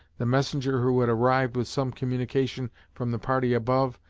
the messenger who had arrived with some communication from the party above,